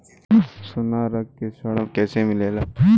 सोना रख के ऋण कैसे मिलेला?